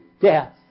death